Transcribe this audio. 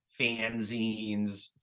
fanzines